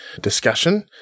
discussion